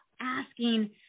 asking